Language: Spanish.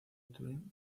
turín